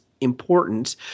important